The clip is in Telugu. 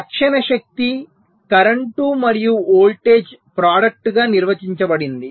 తక్షణ శక్తి కరెంటు మరియు వోల్టేజ్ ప్రొడక్టు గా నిర్వచించబడింది